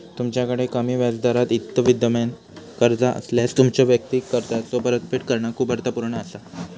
तुमच्याकड कमी व्याजदरावर इतर विद्यमान कर्जा असल्यास, तुमच्यो वैयक्तिक कर्जाचो परतफेड करणा खूप अर्थपूर्ण असा